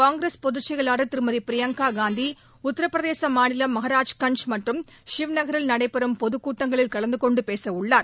காங்கிரஸ் பொதுச் செயவாளர் திருமதி பிரியங்கா காந்தி உத்தரப்பிரதேச மாநிலம் மகாராஜ்கன்ஜ் மற்றும் சிவகரில் நடைபெறும் பொதுக் கூட்டங்களில் கலந்து கொண்டு பேசவுள்ளார்